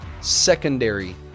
secondary